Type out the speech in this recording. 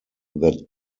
that